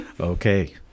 Okay